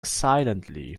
silently